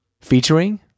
featuring